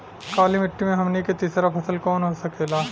काली मिट्टी में हमनी के तीसरा फसल कवन हो सकेला?